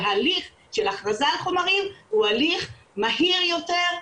ההליך של הכרזה על חומרים הוא הליך מהיר יותר,